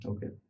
Okay